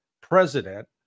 president